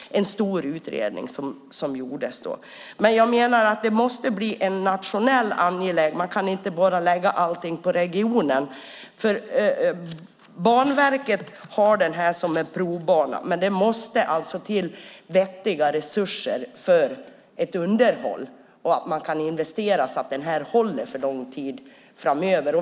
Jag menar att detta måste bli en nationell angelägenhet. Man kan inte bara lägga allt på regionen. Banverket har denna bana som en provbana. Men det måste till vettiga resurser för underhåll och att man kan investera så att den håller för lång tid framöver.